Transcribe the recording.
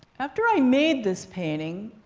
after i made this painting,